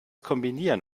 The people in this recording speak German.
kombinieren